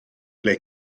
ble